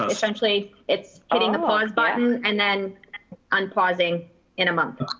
essentially it's hitting the pause button and then unpausing in a moment.